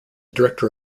director